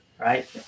right